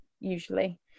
usually